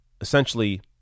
essentially